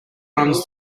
runs